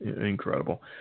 Incredible